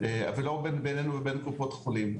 לא רוצה לעשות מלחמות בין האנשים ולא בינינו לבין קופות החולים,